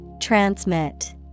Transmit